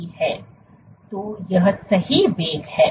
तो यह सही वेग है